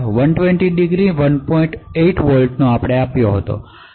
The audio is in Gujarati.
08 વોલ્ટ આપ્યા હતા